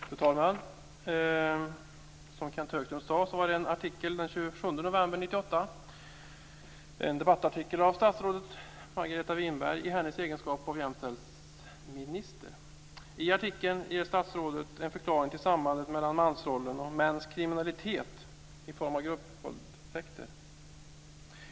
Fru talman! Den 27 november 1998 publicerades en debattartikel av statsrådet Margareta Winberg i hennes egenskap av jämställdhetsminister. I artikeln ger statsrådet en förklaring till sambandet mellan mansrollen och mäns kriminalitet i form av gruppvåldtäkter.